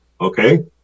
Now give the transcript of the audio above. okay